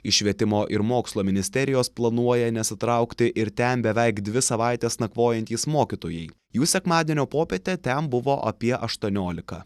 iš švietimo ir mokslo ministerijos planuoja nesitraukti ir ten beveik dvi savaites nakvojantys mokytojai jų sekmadienio popietę ten buvo apie aštuoniolika